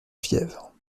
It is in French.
fièvre